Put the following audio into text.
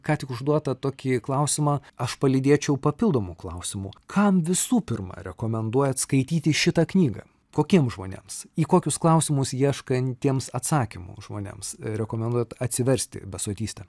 ką tik užduotą tokį klausimą aš palydėčiau papildomu klausimu kam visų pirma rekomenduojat skaityti šitą knygą kokiems žmonėms į kokius klausimus ieškantiems atsakymų žmonėms rekomenduojat atsiversti besotystę